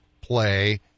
play